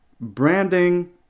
branding